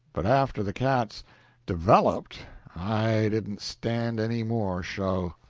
but after the cats developed i didn't stand any more show.